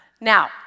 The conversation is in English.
Now